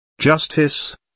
Justice